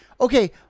okay